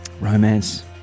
Romance